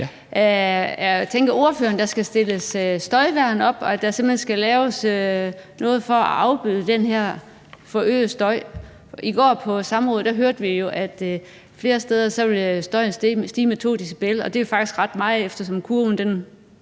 ordføreren, at der skal stilles støjværn op, og at der simpelt hen skal laves noget for at afbøde den her forøgede støj? I går på samrådet hørte vi jo, at støjen flere steder ville stige med 2 decibel, og det er faktisk ret meget, eftersom kurven er